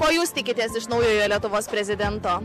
ko jūs tikitės iš naujojo lietuvos prezidento